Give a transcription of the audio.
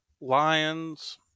Lions